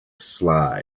slide